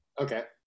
okay